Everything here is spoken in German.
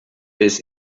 bis